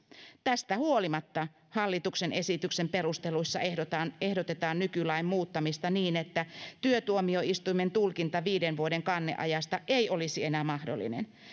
tästä huolimatta hallituksen esityksen perusteluissa ehdotetaan ehdotetaan nykylain muuttamista niin että työtuomioistuimen tulkinta viiden vuoden kanneajasta ei olisi enää mahdollinen